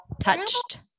touched